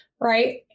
right